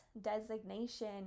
designation